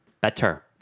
Better